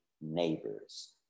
neighbors